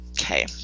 okay